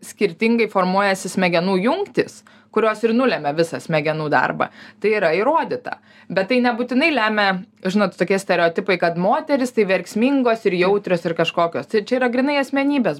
skirtingai formuojasi smegenų jungtys kurios ir nulemia visą smegenų darbą tai yra įrodyta bet tai nebūtinai lemia žinot tokie stereotipai kad moterys tai verksmingos ir jautrios ir kažkokios tai čia yra grynai asmenybės